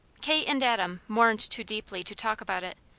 kate and adam mourned too deeply to talk about it.